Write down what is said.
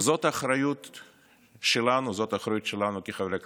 וזאת אחריות שלנו, זאת אחריות שלנו כחברי כנסת,